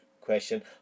question